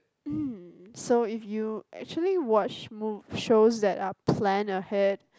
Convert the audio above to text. mm so if you actually watch mov~ shows that are plan ahead